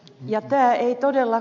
ja tää ei todella